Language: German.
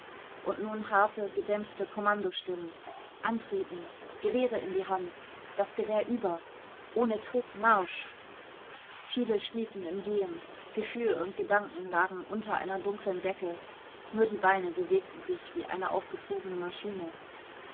und nun harte gedämpfte kommandostimmen antreten gewehre in die hand das gewehr über ohne tritt marsch viele schliefen im gehen gefühl und gedanken lagen unter einer dunklen decke nur die beine bewegten sich wie eine aufgezogene maschine